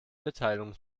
mitteilungen